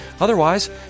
Otherwise